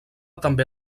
també